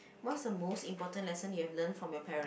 what's the most important lesson you have learnt from your parents